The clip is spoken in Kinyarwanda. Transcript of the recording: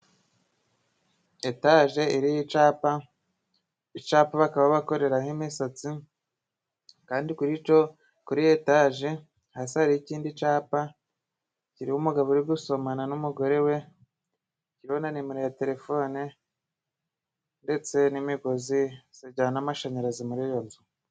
Etaje iriho icapa, icapa bakaba bakoreraho imisatsi, kandi kurico, kuri etaje hakaba hariho ikindi capa, kiriho umugabo uri gusomana n'umugore we, kiriho nomero nimero ya telefone, ndetse n'imigozi zijyana amashanyarazi muri iyo nzu.